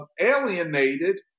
alienated